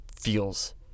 feels